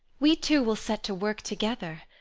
we two will set to work together.